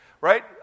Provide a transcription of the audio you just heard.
right